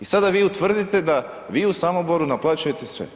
I sada vi tvrdite da vi u Samoboru naplaćujete sve.